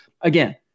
again